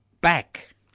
back